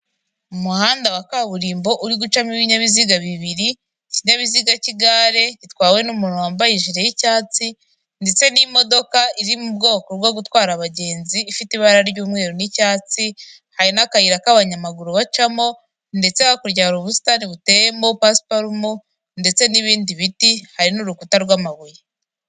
Umuhanda wa kaburimbo uri gucamo ibinyabiziga bibiri ikinyabiziga cy'igare gitwawe n'umuntu wambaye ijiri y'icyatsi, ndetse n'imodoka iri mu bwoko bwo gutwara abagenzi, ifite ibara ry'umweru n'icyatsi hari n'akayira k'abanyamaguru bacamo ndetse hakurya hari ubusitani buteyemo pasiparumu ndetse n'ibindi biti hari n'urukuta rw'amabuye.